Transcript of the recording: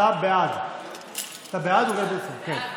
אתה בעד, כן.